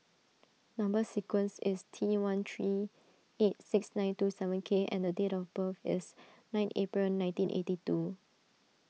Number Sequence is T one three eight six nine two seven K and date of birth is nine April nineteen eighty two